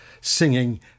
singing